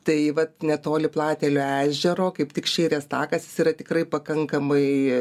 tai vat netoli platelių ežero kaip tik šeirės takas jis yra tikrai pakankamai